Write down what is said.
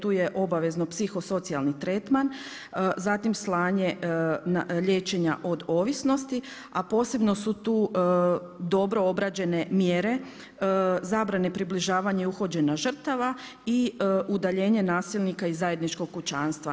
Tu je obavezno psihosocijalni tretman, zatim slanje liječenja od ovisnosti a posebno su tu dobro obrađene mjere, zabrane približavanja i uhođenja žrtava i udaljenje nasilnika iz zajedničkog kućanstva.